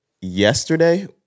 yesterday